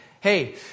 Hey